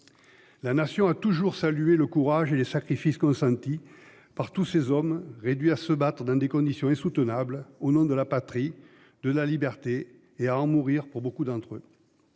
La nation a toujours salué le courage et les sacrifices consentis par tous ces hommes réduits à se battre dans des conditions insoutenables au nom de la patrie de la liberté et à en mourir pour beaucoup d'entre eux.